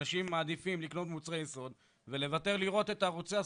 אנשים מעדיפים לקנות מוצרי יסוד ולוותר לראות את ערוצי הספורט.